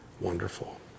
wonderful